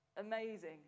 amazing